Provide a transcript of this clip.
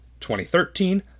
2013